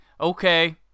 Okay